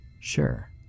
Sure